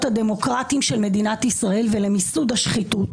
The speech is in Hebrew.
הדמוקרטיים של מדינת ישראל ולמיסוד השחיתות,